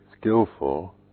skillful